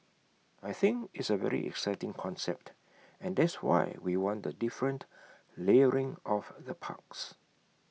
I think it's A very exciting concept and that's why we want the different layering of the parks